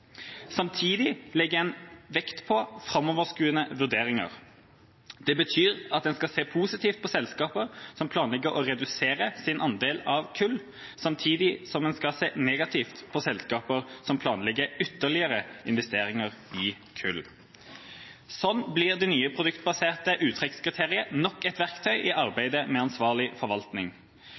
Samtidig legger en vekt på framoverskuende vurderinger. Det betyr at en skal se positivt på selskaper som planlegger å redusere sin andel av kull, samtidig som en skal se negativt på selskaper som planlegger ytterligere investeringer i kull. Slik blir det nye produktbaserte uttrekkskriteriet nok et verktøy i arbeidet med ansvarlig forvaltning.